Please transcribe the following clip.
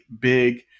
big